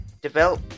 Develop